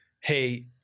Hey